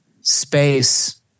space